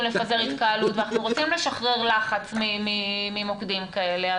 לפזר התקהלות ואנחנו רוצים לשחרר לחץ ממוקדים כאלה,